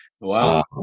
Wow